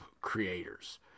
creators